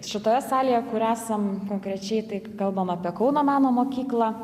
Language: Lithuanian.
šitoje salėje kur esam konkrečiai tai kalbam apie kauno meno mokyklą